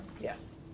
Yes